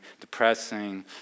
depressing